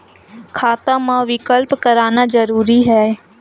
खाता मा विकल्प करना जरूरी है?